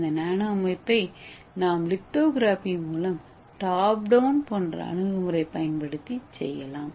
இந்த நானோ அமைப்பை நாம் லித்தோகிராஃபி மூலம் டாப் டவுன் போன்ற அணுகுமுறை பயன்படுத்தி செய்யலாம்